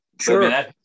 sure